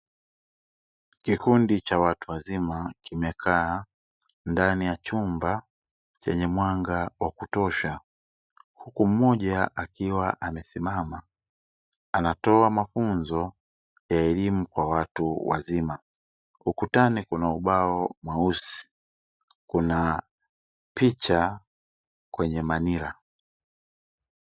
Kikundi cha watu wazima kimekaa ndani ya chumba chenye mwanga wa kutosha, huku mmoja akiwa amesimama anatoa mafunzo ya elimu kwa watu wazima. Ukutani kuna ubao mweusi, kuna picha kwenye manila.